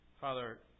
Father